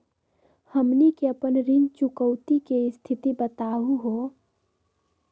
हमनी के अपन ऋण चुकौती के स्थिति बताहु हो?